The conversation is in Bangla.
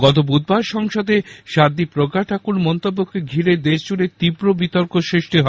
গত বুধবার সংসদে সাধ্বী প্রজ্ঞা ঠাকুরের মন্তব্যকে ঘিরে দেশজুড়ে তীব্র বিতর্ক সৃষ্টি হয়